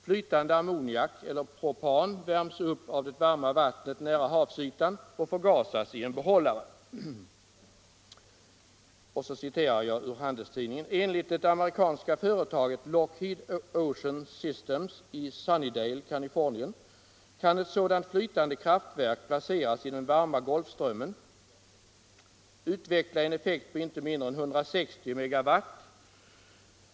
Flytande ammoniak eller propan värms upp av det varma vattnet nära havsytan och förgasas i en behållare. —-—-—- Enligt det amerikanska företaget Lockheed Ocean Systems i Sunnydale, Kalifornien, kan ett sådant flytande kraftverk placerat i den varma Golfströmmen utveckla en effekt på inte mindre än 160 megawatt.